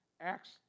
Acts